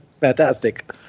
Fantastic